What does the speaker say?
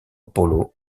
paulo